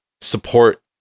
support